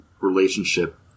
relationship